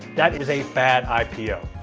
that is a bad ah ipo.